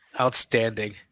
Outstanding